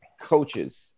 coaches